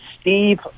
Steve